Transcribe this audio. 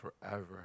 forever